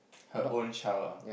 her own child ah